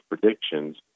predictions